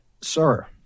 sir